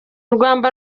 rwanda